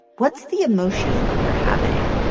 what's the emotion you're having?